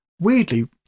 weirdly